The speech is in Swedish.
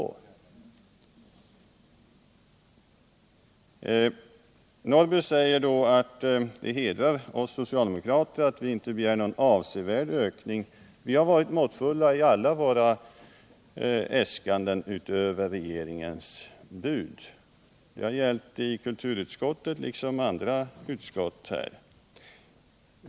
Herr Norrby säger att det hedrar oss att vi inte begär någon avsevärd ökning. Vi har varit måttfulla i alla våra äskanden utöver regeringens bud. Det har gällt i kulturutskottet liksom i andra utskott.